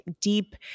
deep